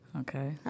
Okay